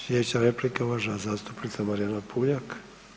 Sljedeća replika uvažena zastupnica Marijana Puljak.